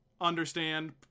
understand